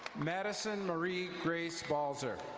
madison marie grace balzer.